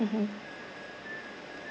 mmhmm